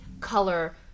color